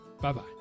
bye-bye